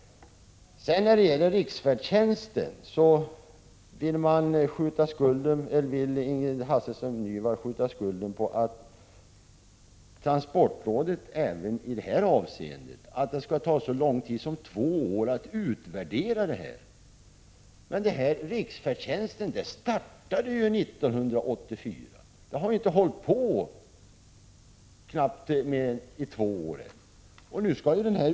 Även beträffande riksfärdtjänsten vill Ingrid Hasselström Nyvall skjuta skulden på transportrådet. Hon tycker att två år är för lång tid för utvärderingen. Riksfärdtjänsten startades 1984. Den har alltså funnits i knappt två år.